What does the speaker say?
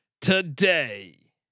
today